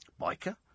Biker